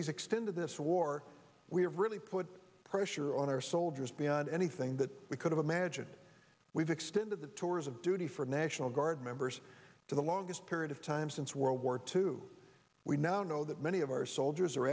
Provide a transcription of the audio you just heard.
he's extended this war we have really put pressure on our soldiers beyond anything that we could imagine we've extended the tours of duty for national guard members for the longest period of time since world war two we now know that many of our soldiers are